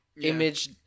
image